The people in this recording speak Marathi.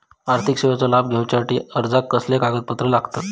आर्थिक सेवेचो लाभ घेवच्यासाठी अर्जाक कसले कागदपत्र लागतत?